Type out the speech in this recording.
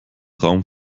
raum